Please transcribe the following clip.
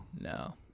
No